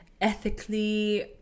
ethically